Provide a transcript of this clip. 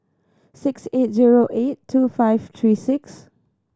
six eight zero eight two five three six